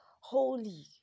holy